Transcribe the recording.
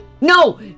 No